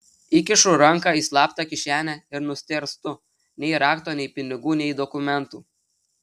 įkišu ranką į slaptą kišenę ir nustėrstu nei rakto nei pinigų nei dokumentų